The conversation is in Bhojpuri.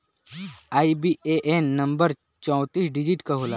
आई.बी.ए.एन नंबर चौतीस डिजिट क होला